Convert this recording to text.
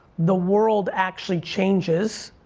the world actually changes